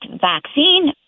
vaccine